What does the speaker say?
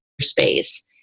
space